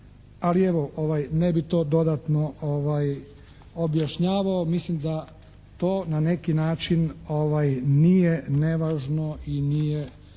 ali evo. Ne bi to dodatno objašnjavao. Mislim da to na neki način nije nevažno i nije